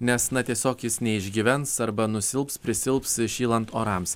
nes na tiesiog jis neišgyvens arba nusilps prisilps šylant orams